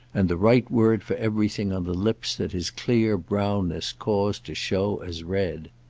and the right word for everything on the lips that his clear brownness caused to show as red.